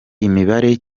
imibare